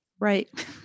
Right